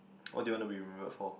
what do you want to be remembered for